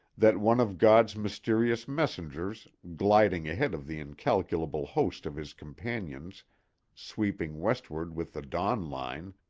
that one of god's mysterious messengers, gliding ahead of the incalculable host of his companions sweeping westward with the dawn line,